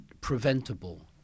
preventable